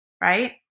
right